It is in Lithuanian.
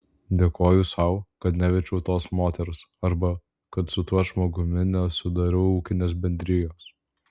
dėkoju sau kad nevedžiau tos moters arba kad su tuo žmogumi nesudariau ūkinės bendrijos